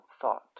thought